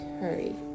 hurry